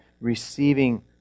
receiving